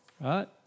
right